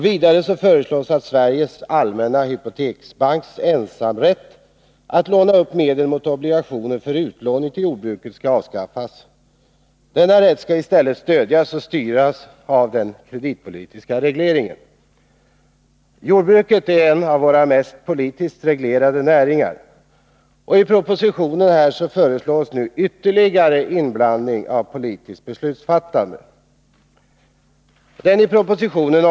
Vidare föreslås att Sveriges Allmänna Hypoteksbanks ensamrätt att låna upp medel mot obligationer för utlåning till jordbruket skall avskaffas. Denna rätt skall i stället stödjas och styras av den kreditpolitiska regleringen. Jordbruket är en av våra mest politiskt reglerade näringar. I propositionen föreslås nu ytterligare inblandning av politiskt beslutsfattande.